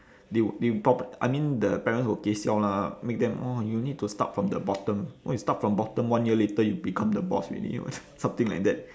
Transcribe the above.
they would they pro~ I mean the parents will gei siao lah make them orh you need to start from the bottom !wah! you start from bottom one year later you become the boss already [what] something like that